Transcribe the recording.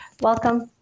welcome